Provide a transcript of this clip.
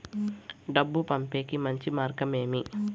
డబ్బు పంపేకి మంచి మార్గం ఏమి